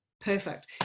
perfect